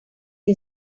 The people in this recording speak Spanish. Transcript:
que